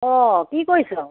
অঁ কি কৰিছ